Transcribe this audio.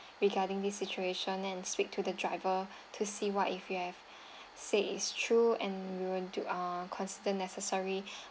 regarding this situation and speak to the driver to see what if you have said is true and we will do uh consider necessary